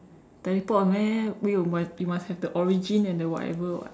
teleport meh wait you must you must have the origin and the whatever [what]